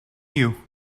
you